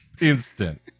Instant